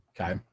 Okay